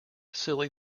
silly